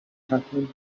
happen